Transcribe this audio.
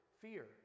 fear